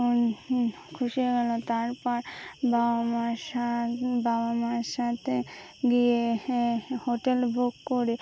খুশি গেল তারপর বাবা মা বাবা মার সাথে গিয়ে হোটেল বুক করে